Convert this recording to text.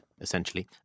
essentially